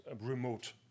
remote